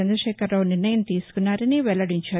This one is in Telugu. చంద్రకేఖరరావు నిర్ణయం తీసుకున్నారని వెల్లడించారు